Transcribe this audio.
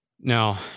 Now